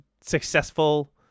successful